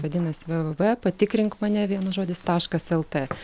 vadinasi v v v patikrink mane vienas žodis taškas lt